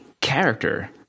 character